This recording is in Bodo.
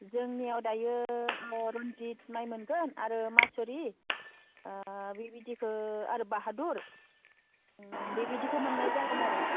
जोंनियाव दायो रनजित माइ मोनगोन आरो मासुरि बेबायदिखौ आरो बाहादुर बेबायदिखौ मोननाय जागोन आरो